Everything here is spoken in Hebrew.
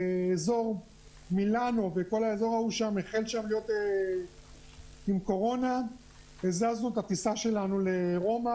אזור מילאנו החל להיות עם קורונה והזזנו את הטיסה שלנו לרומא,